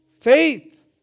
Faith